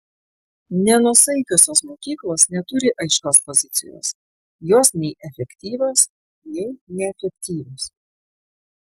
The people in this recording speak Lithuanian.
nenuosaikiosios mokyklos neturi aiškios pozicijos jos nei efektyvios nei neefektyvios